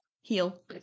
Heal